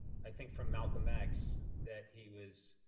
i think from malcolm x, that he was